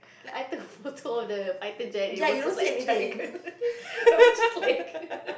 I took a photo of the fighter jet it was just like a triangle I was just like